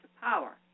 power